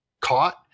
caught